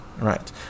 Right